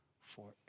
forever